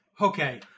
Okay